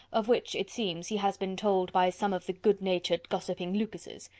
of which, it seems, he has been told by some of the good-natured, gossiping lucases.